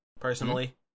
Personally